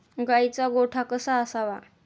गाईचा गोठा कसा असावा?